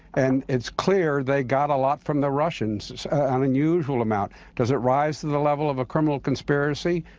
and it's clear they got a lot from the russians, an unusual amount. does it rise to the level of a criminal conspiracy?